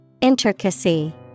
Intricacy